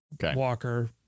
Walker